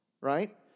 right